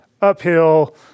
uphill